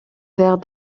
verres